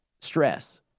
stress